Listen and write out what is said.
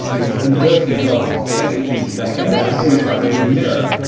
these inverting goggles, basically like a yeah forty five degree mirror.